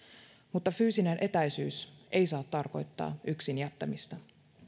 mutta fyysinen etäisyys ei saa tarkoittaa yksin jättämistä